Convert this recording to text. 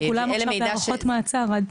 הם כולם עכשיו בהארכות מעצר.